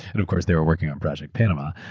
of course they're working on project panama.